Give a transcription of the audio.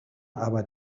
aber